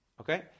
Okay